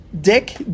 Dick